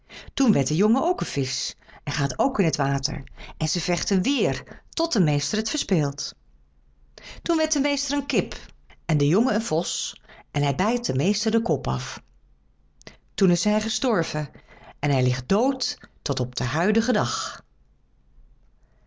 toen werd de jongen ook een visch en gaat ook in t water en ze vechten weer tot de meester het verspeelt toen werd de meester een kip en de jongen een vos en hij bijt den meester den kop af toen is hij gestorven en hij ligt dood tot op den huidigen dag